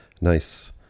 nice